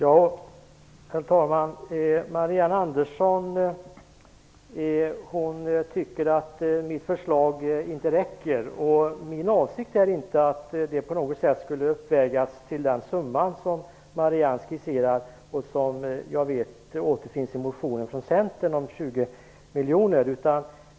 Herr talman! Marianne Andersson tycker att mitt förslag inte räcker. Min avsikt är inte att det på något sätt skulle uppgå till den summa som Marianne Andersson skisserar, och som jag vet återfinns i motionen från Centern om 20 miljoner.